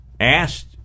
asked